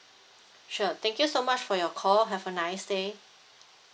sure thank you so much for your call have a nice day